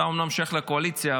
אתה אומנם שייך לקואליציה,